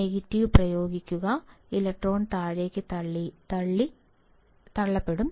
negative പ്രയോഗിക്കുക electron താഴേക്ക് തള്ളപ്പെടും